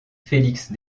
félix